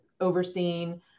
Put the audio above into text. overseeing